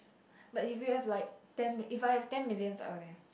but if you have like ten mil~ if I have ten million I will have